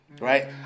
Right